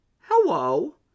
Hello